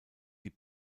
die